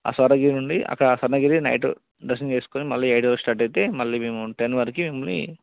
ఆ స్వర్ణగిరి నుండి అక్కడ స్వర్ణగిరి నైట్ దర్శనం చేసుకుని మళ్ళీ ఏడుకి స్టార్ట్ అయితే మళ్ళీ మేము టెన్ వరకు మిమ్మల్ని